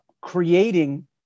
creating